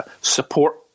support